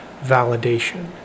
validation